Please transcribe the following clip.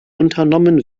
unternommen